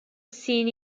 seen